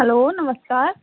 hello नमस्कार